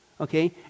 okay